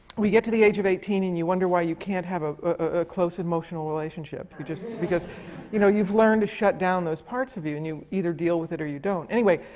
get to the age of eighteen, and you wonder why you can't have a close emotional relationship. you just because you know, you've learned to shut down those parts of you, and you either deal with it or you don't. anyway,